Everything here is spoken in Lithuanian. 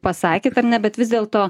pasakėt ar ne bet vis dėlto